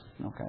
Okay